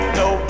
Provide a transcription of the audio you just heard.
no